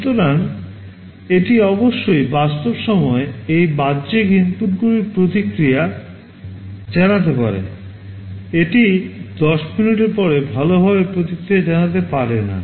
সুতরাং এটি অবশ্যই বাস্তব সময়ে এই বাহ্যিক ইনপুটগুলির প্রতিক্রিয়া জানাতে পারে এটি 10 মিনিটের পরে ভালভাবে প্রতিক্রিয়া জানাতে পারে না